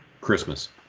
christmas